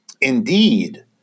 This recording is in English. Indeed